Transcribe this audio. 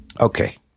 Okay